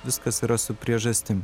viskas yra su priežastim